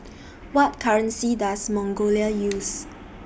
What currency Does Mongolia use